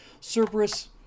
Cerberus